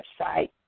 website